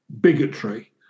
bigotry